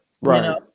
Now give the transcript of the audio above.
Right